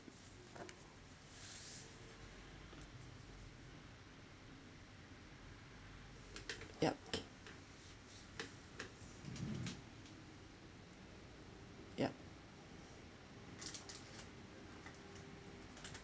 yup yup